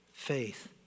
Faith